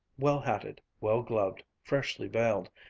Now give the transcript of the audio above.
well-hatted, well-gloved, freshly veiled,